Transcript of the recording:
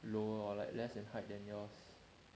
lower lor like less than height than yours